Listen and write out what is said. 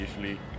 usually